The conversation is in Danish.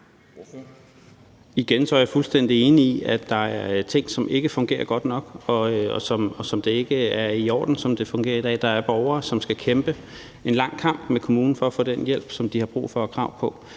Igen er jeg fuldstændig enig i, at der er ting, som ikke fungerer godt nok, og som ikke er i orden, sådan som det fungerer i dag. Der er borgere, som skal kæmpe en lang kamp med kommunen for at få den hjælp, som de har brug for og krav på.